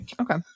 Okay